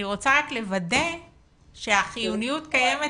אני רוצה רק לוודא שהחיוניות קיימת